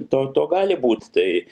to to gali būt tai